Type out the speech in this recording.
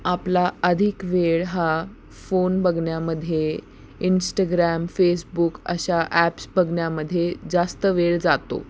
आपला अधिक वेळ हा फोन बघण्यामध्ये इंस्टग्रॅम फेसबुक अशा ॲप्स बघण्यामध्ये जास्त वेळ जातो